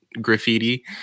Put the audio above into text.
graffiti